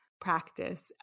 practice